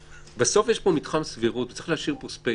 בסוף יש פה מתחם סבירות וצריך להשאיר פה ספייס,